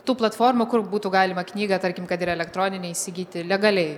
tų platformų kur būtų galima knygą tarkim kad ir elektroninę įsigyti legaliai